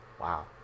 Wow